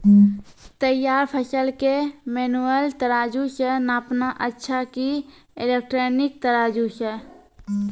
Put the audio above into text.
तैयार फसल के मेनुअल तराजु से नापना अच्छा कि इलेक्ट्रॉनिक तराजु से?